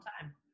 time